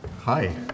Hi